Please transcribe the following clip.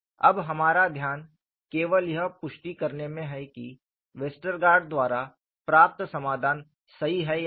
अब हमारा ध्यान केवल यह पुष्टि करने पर है कि वेस्टरगार्ड द्वारा प्राप्त समाधान सही है या नहीं